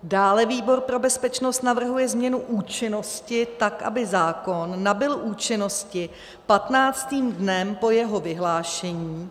Dále výbor pro bezpečnost navrhuje změnu účinnosti tak, aby zákon nabyl účinnosti patnáctým dnem po jeho vyhlášení.